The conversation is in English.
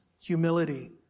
humility